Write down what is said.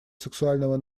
сексуального